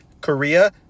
Korea